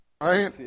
right